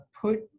put